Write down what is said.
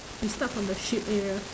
we start from the sheep area